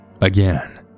Again